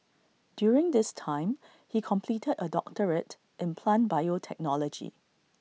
during this time he completed A doctorate in plant biotechnology